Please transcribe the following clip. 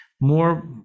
More